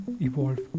evolve